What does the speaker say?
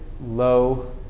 low